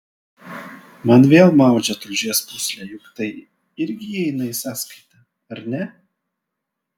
man vėl maudžia tulžies pūslę juk tai irgi įeina į sąskaitą ar ne